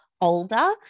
older